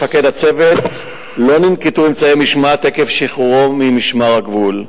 לגבי מפקד הצוות לא ננקטו אמצעי משמעת עקב שחרורו ממשמר הגבול.